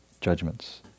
judgments